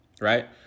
right